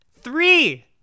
Three